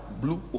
blue